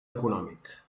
econòmic